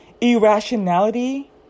irrationality